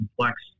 complex